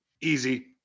easy